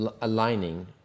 aligning